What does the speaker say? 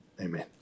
Amen